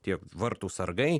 tie vartų sargai